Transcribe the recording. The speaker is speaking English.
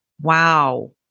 Wow